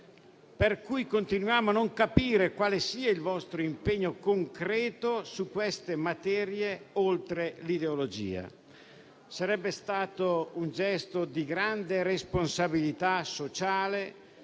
europea. Continuiamo allora a non capire quale sia il vostro impegno concreto su queste materie oltre all'ideologia. Sarebbe stato un gesto di grande responsabilità sociale,